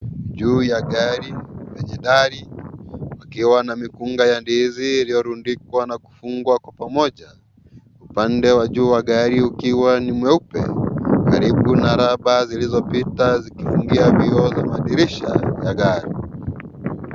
Juu ya gari jemedari pakiwa na mikunga ya ndizi iliyorundikwa na kufungwa kwa pamoja upande wa juu wa gari ukiwa ni mweupe , karibu na raba zilizopita zikifungia vioo za madirisha ya gari.